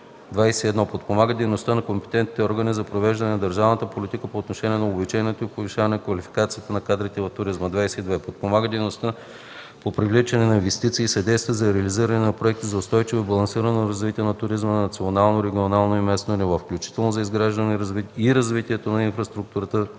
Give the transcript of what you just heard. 21. подпомага дейността на компетентните органи за провеждане на държавната политика по отношение на обучението и повишаване квалификацията на кадрите в туризма; 22. подпомага дейността по привличане на инвестиции и съдейства за реализиране на проекти за устойчиво и балансирано развитие на туризма на национално, регионално и местно ниво, включително за изграждането и развитието на инфраструктурата,